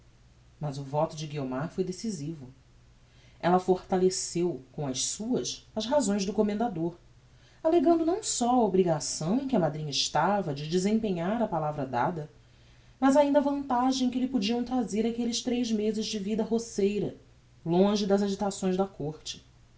mas o voto de guiomar foi decisivo ella fortaleceu com as suas as razões do commendador allegando não só a obrigação em que a madrinha estava de desempenhar a palavra dada mas ainda a vantagem que lhe podiam trazer aquelles tres mezes de vida roceira longe das agitações da côrte